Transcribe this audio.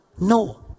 No